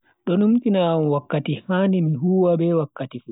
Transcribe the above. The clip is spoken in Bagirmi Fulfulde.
Do numtina am am wakkati handi mi huwa be wakkati siwtaare.